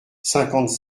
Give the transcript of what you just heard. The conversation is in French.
cinquante